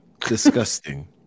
Disgusting